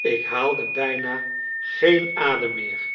ik haalde bijna geen adem meer